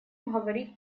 говорить